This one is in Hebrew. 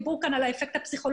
דיברו כאן על האפקט הפסיכולוגי,